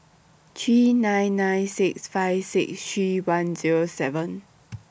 three nine nine six five six three one Zero seven